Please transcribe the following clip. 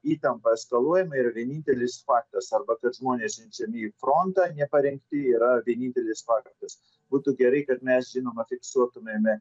įtampa eskaluojama yra vienintelis faktas arba kad žmonės siunčiami į frontą neparengti yra vienintelis faktas būtų gerai kad mes žinoma fiksuotumėme